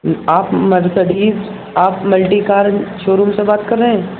آپ مرسڈیز آپ multi car showroom سے بات کر رہے ہیں